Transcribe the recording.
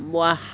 ৱাহ